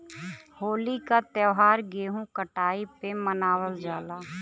होली क त्यौहार गेंहू कटाई पे मनावल जाला